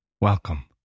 Welcome